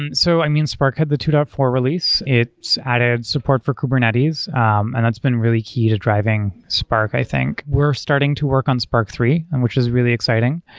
and so i mean, spark had the two point four release. it's added support for kubernetes, and it's been really key to driving spark i think. we're starting to work on spark three, which is really exciting.